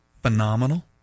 phenomenal